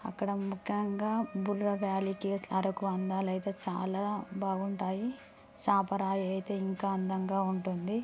అక్కడ ముఖ్యంగా Borra valley caves Araku అందాలు అయితే చాలా బాగుంటాయి సాపరాయి అయితే ఇంకా అందంగా ఉంటుంది